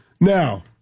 Now